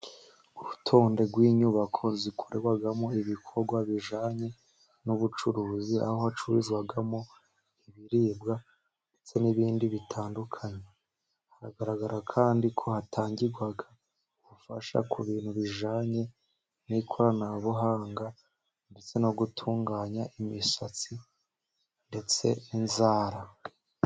Urutonde rw'inyubako zikorerwamo ibikorwa bijyanye n'ubucuruzi, aho hacuruzwamo ibiribwa ndetse n'ibindi bitandukanye, hagaragara kandi ko hatangirwa ubufasha ku bintu bijyanye n'ikoranabuhanga, ndetse no gutunganya imisatsi ndetse n'inzara.